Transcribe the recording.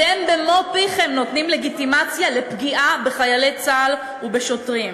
אתם במו-פיכם נותנים לגיטימציה לפגיעה בחיילי צה"ל ובשוטרים.